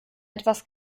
etwas